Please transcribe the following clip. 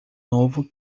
novo